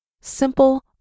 simple